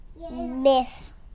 miss